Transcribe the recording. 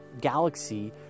galaxy